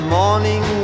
morning